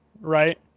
right